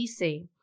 DC